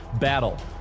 Battle